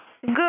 Good